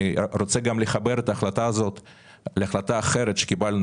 אני מחבר את ההחלטה הזאת להחלטה אחרת שקיבלנו